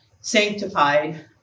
sanctified